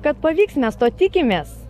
kad pavyks mes to tikimės